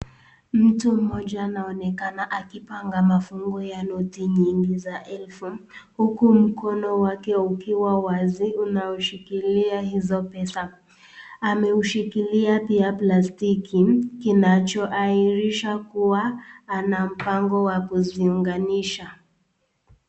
Mtu mmoja anaonekana akipanga mafungo ya noti nyingi za elfu, huku mkono wake ukiwa wazi unaoshikilia hizo pesa. Ameushikilia pia plastiki kinachoashiria kuwa ana mpango wa kuziunganisha.